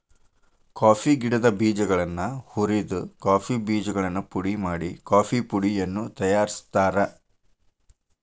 coffee ಗಿಡದ ಬೇಜಗಳನ್ನ ಹುರಿದ ಕಾಫಿ ಬೇಜಗಳನ್ನು ಪುಡಿ ಮಾಡಿ ಕಾಫೇಪುಡಿಯನ್ನು ತಯಾರ್ಸಾತಾರ